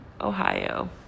Ohio